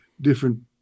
different